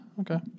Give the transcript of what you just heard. okay